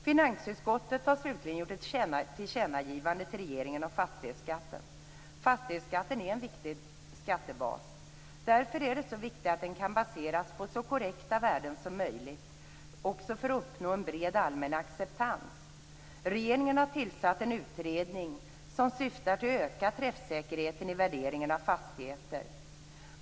Finansutskottet har slutligen gjort ett tillkännagivande till regeringen om fastighetsskatten. Fastighetsskatten är en viktig skattebas. Därför är det viktigt att den kan baseras på så korrekta värden som möjligt och också uppnå en bred allmän acceptans. Regeringen har tillsatt en utredning som syftar till att öka träffsäkerheten i värderingen av fastigheter.